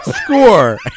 score